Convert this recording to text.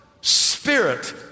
spirit